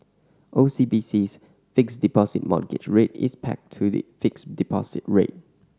O C B C's Fixed Deposit Mortgage Rate is pegged to the fixed deposit rate